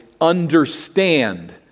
understand